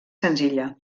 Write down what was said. senzilla